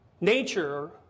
nature